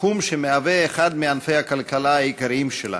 תחום שהוא אחד מענפי הכלכלה העיקריים שלה.